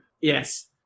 Yes